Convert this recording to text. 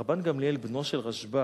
רבן גמליאל, בנו של רשב"ג,